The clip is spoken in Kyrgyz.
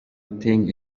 тең